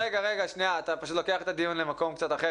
אתה לוקח את הדיון למקום אחר.